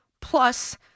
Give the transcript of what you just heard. Plus